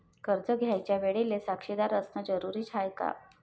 कर्ज घ्यायच्या वेळेले साक्षीदार असनं जरुरीच हाय का?